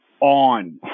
on